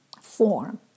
form